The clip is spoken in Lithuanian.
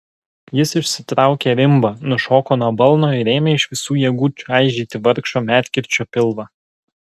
jis išsitraukė rimbą nušoko nuo balno ir ėmė iš visų jėgų čaižyti vargšo medkirčio pilvą